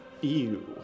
Ew